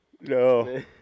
No